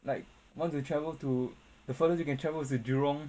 like want to travel to the furthest you can travel is to jurong